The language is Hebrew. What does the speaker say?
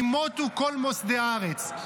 ימוטו כל מוסדי ארץ".